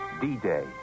D-Day